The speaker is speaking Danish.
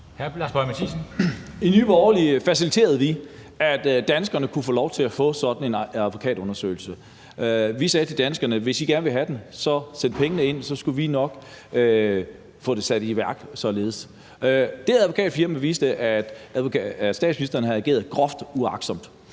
I Nye Borgerlige faciliterede vi, at danskerne kunne få lov til at få sådan en advokatundersøgelse. Vi sagde til danskerne, at hvis I gerne vil have den, så sæt pengene ind, og så skulle vi nok få det sat i værk således, og det advokatfirmas undersøgelse viste, at statsministeren havde ageret groft uagtsomt.